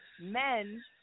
men